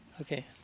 Okay